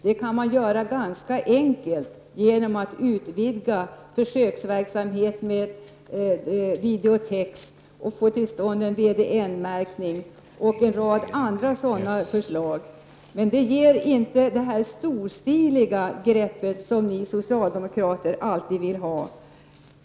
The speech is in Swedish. Det kan man göra på ett ganska enkelt sätt, genom att utvidga försöksverksamheten med videotex och få till stånd en VDN-märkning och en rad andra förslag. Men detta ger inte det storstiliga grepp som ni socialdemokrater alltid vill ha.